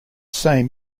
same